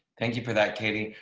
thank you for that. katie,